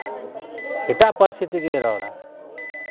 ᱮᱴᱟᱜ ᱯᱟᱹᱨᱥᱤ ᱛᱮᱜᱮᱭ ᱨᱚᱲᱟ